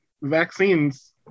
vaccines